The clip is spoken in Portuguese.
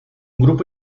grupo